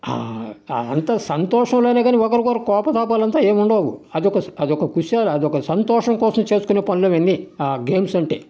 అంత సంతోషంలోనే కానీ ఒకరికొకరికి కోపతాపాలంతా ఏం ఉండవు అదొక అదొక హుషారు అదొక సంతోషం కోసం చేసుకునే పనులవన్ని గేమ్స్ అంటే